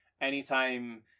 anytime